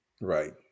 Right